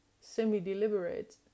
semi-deliberate